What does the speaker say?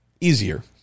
easier